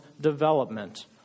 development